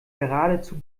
geradezu